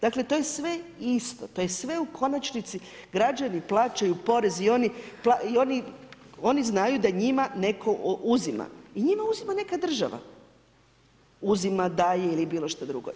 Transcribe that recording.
Dakle to je sve isto, to je sve u konačnici, građani plaćaju porez i oni znaju da njima neko uzima i njima uzima neka država, uzima, daje ili bilo što drugo.